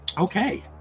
Okay